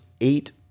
eight